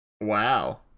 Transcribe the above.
Wow